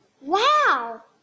Wow